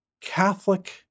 Catholic